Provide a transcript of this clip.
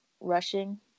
rushing